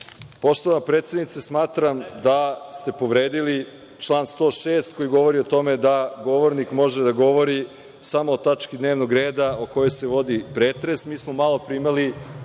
Poštovana predsednice, smatram da ste povredili član 106. koji govori o tome da govornik može da govori samo o tački dnevnog reda o kojoj se vodi pretres. Mi smo malopre imali